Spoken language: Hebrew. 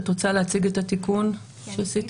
את רוצה להציג את התיקון שעשיתם?